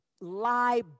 lie